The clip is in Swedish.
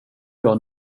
jag